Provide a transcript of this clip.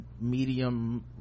medium